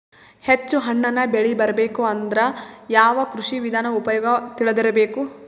ಹೆಚ್ಚು ಹಣ್ಣನ್ನ ಬೆಳಿ ಬರಬೇಕು ಅಂದ್ರ ಯಾವ ಕೃಷಿ ವಿಧಾನ ಉಪಯೋಗ ತಿಳಿದಿರಬೇಕು?